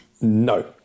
No